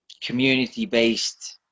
community-based